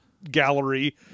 gallery